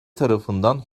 tarafından